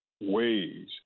ways